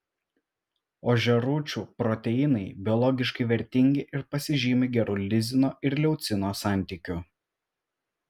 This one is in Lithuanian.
ožiarūčių proteinai biologiškai vertingi ir pasižymi geru lizino ir leucino santykiu